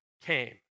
came